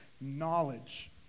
knowledge